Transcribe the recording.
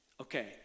Okay